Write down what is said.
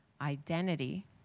identity